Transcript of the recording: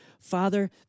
Father